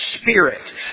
Spirit